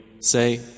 Say